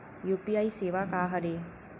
UPI सेवा का हरे?